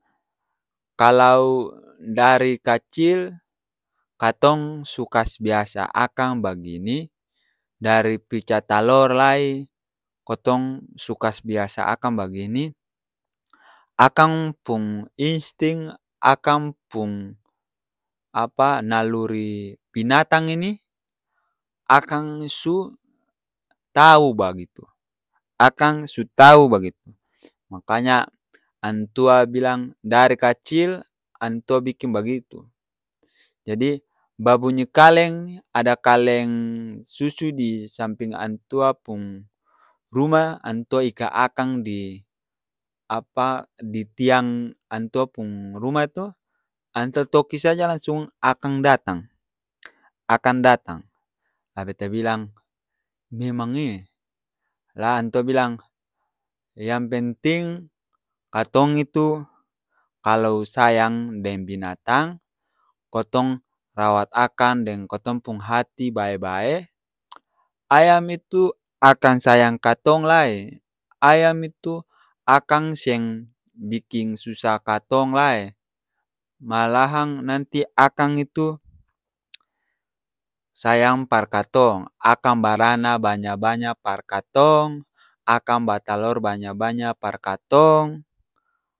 Kalau dari kacil katong su kas biasa akang bagini, dari pica talor lai, kotong su kas biasa akang bagini, akang pung insting, akang pung apa naluri binatang ini akang su tau bagitu. Akang su tau bagitu. Makanya antua bilang dari kacil antua biking bagitu. Jadi babunyi kaleng ada kaleng susu di samping antua pung rumah, antua ika akang di apa, di tiang antua pung rumah itu, antua toki saja langsung akang datang. Lah beta bilang, memang e. Lah antua bilang yang penting katong itu kalau sayang deng binatang kotong rawat akang deng kotong pung hati bae-bae, ayam itu akan sayang katong lai, ayam itu akang seng biking susah katong lai. Malahang nanti akang itu sayang par katong. Akang barana banya-banya par katong, akang batalor banya-banya par katong,